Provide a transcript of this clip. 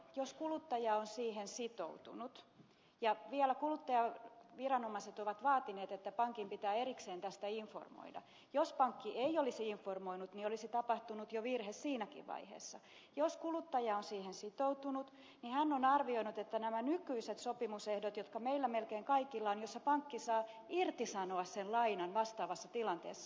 jos kuluttaja on tähän sopimusehtoon sitoutunut ja vielä kuluttajaviranomaiset ovat vaatineet että pankin pitää erikseen tästä informoida jos pankki ei olisi informoinut olisi tapahtunut jo virhe siinäkin vaiheessa niin hän on arvioinut nämä nykyiset sopimusehdot jotka meillä melkein kaikilla on joissa pankki saa irtisanoa sen lainan vastaavassa tilanteessa